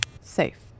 Safe